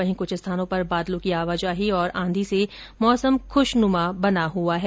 वहीं कुछ स्थानों पर बादलों की आवाजाही और आंधी से मौसम खुशनुमा बना हुआ है